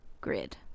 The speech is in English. grid